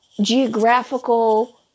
geographical